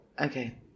Okay